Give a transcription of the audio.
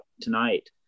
tonight